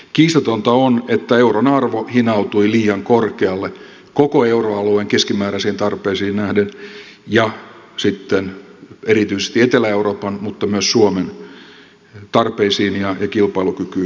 kiistatonta on että euron arvo hinautui liian korkealle koko euroalueen keskimääräisiin tarpeisiin nähden ja sitten erityisesti etelä euroopan mutta myös suomen tarpeisiin ja kilpailukykyyn nähden